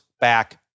back